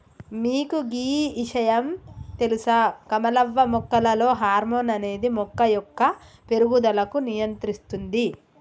మీకు గీ ఇషయాం తెలుస కమలవ్వ మొక్కలలో హార్మోన్ అనేది మొక్క యొక్క పేరుగుదలకు నియంత్రిస్తుంది